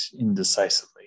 indecisively